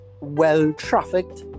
well-trafficked